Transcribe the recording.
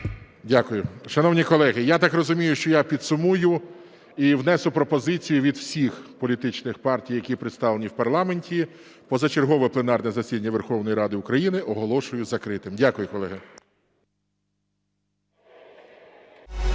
Дякую. Шановні колеги, я так розумію, що я підсумую і внесу пропозицію від всіх політичних партій, які представлені в парламенті. Позачергове пленарне засідання Верховної Ради України оголошую закритим. Дякую, колеги.